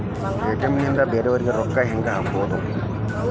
ATM ನಿಂದ ಬೇರೆಯವರಿಗೆ ರೊಕ್ಕ ಹೆಂಗ್ ಹಾಕೋದು?